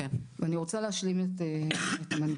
אני רוצה להשלים את המנכ"לית.